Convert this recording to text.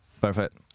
perfect